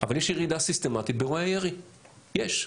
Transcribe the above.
אבל יש ירידה סיסטמתית באירועי הירי, יש.